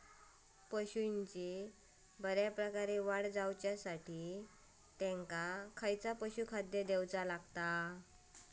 पशूंची बऱ्या प्रकारे वाढ जायच्या खाती त्यांका कसला पशुखाद्य दिऊचा?